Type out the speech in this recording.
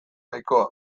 nahikoa